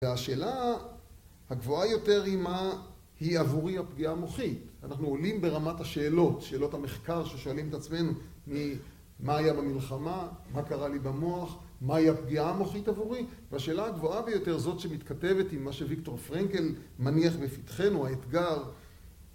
והשאלה הגבוהה יותר היא מה היא עבורי הפגיעה המוחית? אנחנו עולים ברמת השאלות, שאלות המחקר ששואלים את עצמנו, ממה היה במלחמה? מה קרה לי במוח? מהי הפגיעה המוחית עבורי? והשאלה הגבוהה ביותר זאת שמתכתבת עם מה שוויקטור פרנקל מניח בפתחנו, האתגר